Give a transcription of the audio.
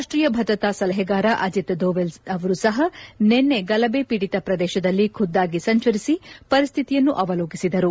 ರಾಷ್ಟೀಯ ಭದ್ರತಾ ಸಲಹೆಗಾರ ಅಜಿತ್ ಧೋವಲ್ ಅವರು ಸಹ ನಿನ್ನೆ ಗಲಭೆ ಪೀಡಿತ ಪ್ರದೇಶದಲ್ಲಿ ಖುದ್ದಾಗಿ ಸಂಚರಿಸಿ ಪರಿಸ್ಟಿತಿಯನ್ನು ಅವಲೋಕಿಸಿದರು